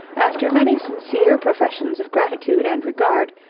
after many sincere professions of gratitude and regard,